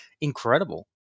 incredible